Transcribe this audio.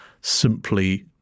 simply